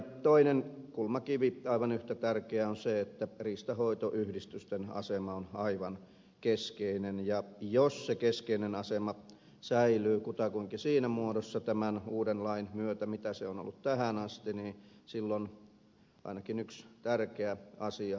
toinen kulmakivi aivan yhtä tärkeä on se että riistanhoitoyhdistysten asema on aivan keskeinen ja jos se keskeinen asema säilyy kutakuinkin siinä muodossa tämän uuden lain myötä mitä se on ollut tähän asti niin silloin ainakin yksi tärkeä asia on pystytty säilyttämään